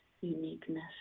uniqueness